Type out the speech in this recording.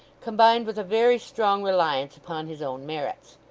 combined with a very strong reliance upon his own merits.